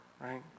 right